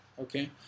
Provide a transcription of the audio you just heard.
okay